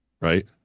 Right